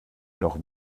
noch